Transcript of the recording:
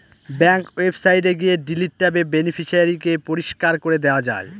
bank ওয়েবসাইটে গিয়ে delete ট্যাবে বেনিফিশিয়ারি কে পরিষ্কার করে দেওয়া যায়